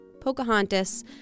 Pocahontas